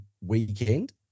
weekend